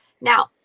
now